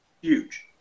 huge